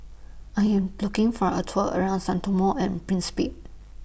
I Am looking For A Tour around Sao Tome and Principe